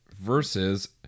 versus